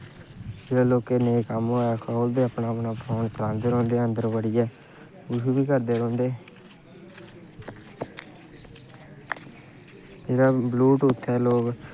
जिसलै नेईं कम्म होऐ ते खोलदे फोन अपना अपना ते चलांदे रौंह्दे अन्दर बड़ियै किश बी करदे रौंह्दे इसलै ब्लयूटुथ लोग